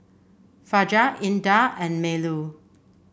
Fajar Indah and Melur